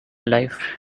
life